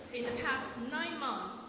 in the past nine months